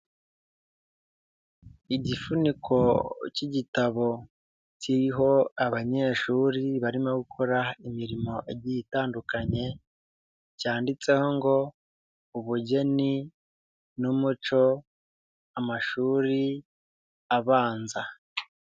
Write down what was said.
Igifuniko k'igitabo kiriho abanyeshuri barimo gukora imirimo igiye itandukanye cyanditseho ngo ubugeni n'umuco amashuri abanza.